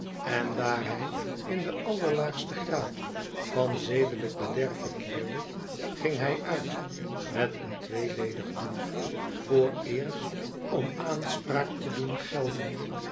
en daar hij in den allerlaagsten graad van zedelijk bederf verkeerde ging hij uit met een tweeledig doel j vooreerst om de aanspraak te doen gelden